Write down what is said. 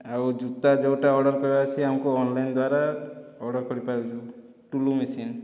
ଆଉ ଜୁତା ଯେଉଁଟା ଅର୍ଡ଼ର କରିବାର ଅଛି ଆମକୁ ଅନ୍ଲାଇନ୍ ଦ୍ଵାରା ଅର୍ଡ଼ର କରି ପାରୁଛୁ ଟୁଲୁ ମେସିନ